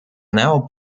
now